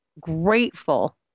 grateful